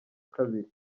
kabiri